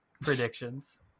predictions